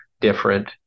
different